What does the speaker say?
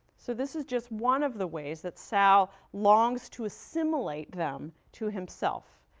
so, this is just one of the ways that sal longs to assimilate them to himself.